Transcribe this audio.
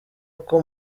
uko